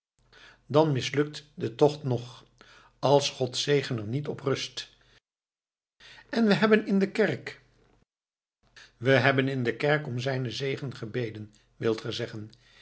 dan mislukt de tocht nog als gods zegen er niet op rust en we hebben in de kerk we hebben in de kerk om zijnen zegen gebeden wilt ge zeggen